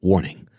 Warning